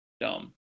dumb